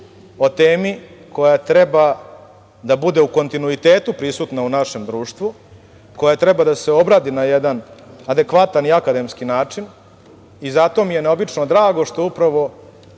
o temi koja treba da bude u kontinuitetu prisutna je u našem društvu, koja treba da se obradi na jedan adekvatan i akademski način i zato mi je neobično drago što upravo